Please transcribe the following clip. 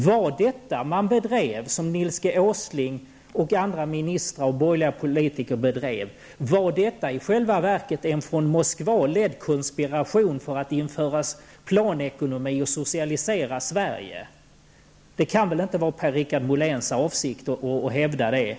Var detta som Nils G Åsling och andra ministrar och borgerliga politiker bedrev i själva verket en från Moskva ledd konspiration för att införa planekonomi och socialism i Sverige? Det kan väl inte vara Per Richard Moléns avsikt att hävda detta.